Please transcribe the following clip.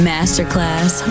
Masterclass